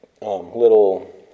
little